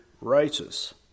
righteous